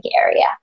area